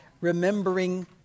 remembering